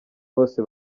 bose